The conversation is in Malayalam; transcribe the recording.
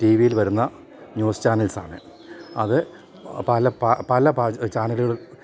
ടിവിയിൽ വരുന്ന ന്യൂസ് ചാനൽസാണ് അത് പല പല ചാനലുകൾ